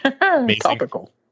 topical